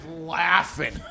laughing